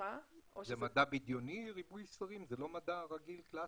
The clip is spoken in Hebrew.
זה לא מדע רגיל קלאסי?